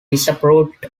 disapproved